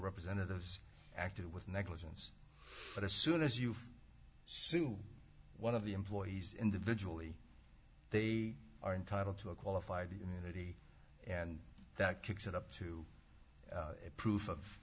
representatives acted with negligence but as soon as you sue one of the employees individually they are entitled to a qualified immunity and that kicks it up to a proof of